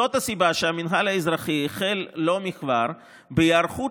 זאת הסיבה שהמינהל האזרחי החל לא מכבר בהיערכות